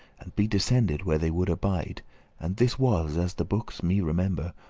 and be descended where they would abide and this was, as the bookes me remember,